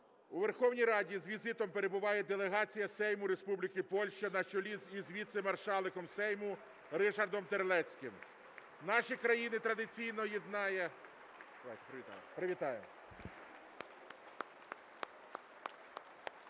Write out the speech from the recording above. у Верховній Раді з візитом перебуває делегація Сейму Республіки Польща на чолі із Віце-маршалком Сейму Ришардом Терлецьким. Наші країни традиційно єднає…